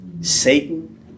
Satan